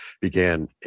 began